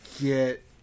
get